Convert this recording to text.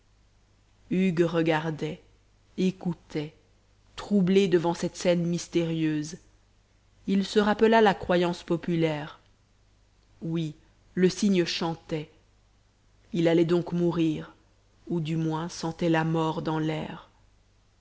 hugues regardait écoutait troublé devant cette scène mystérieuse il se rappela la croyance populaire oui le cygne chantait il allait donc mourir ou du moins sentait la mort dans l'air